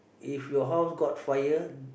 if your house caught fire